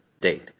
date